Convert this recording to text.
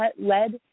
led